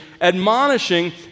Admonishing